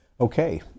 Okay